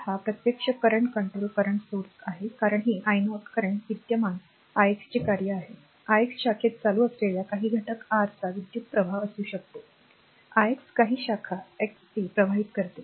तर हा प्रत्यक्ष current controlled current source स्रोत्र आहे कारण हे i 0 current विद्यमान i x चे कार्य आहे i x शाखेत चालू असलेल्या काही घटक r चा विद्युत् प्रवाह असू शकतो i x काही शाखा x a प्रवाहित करते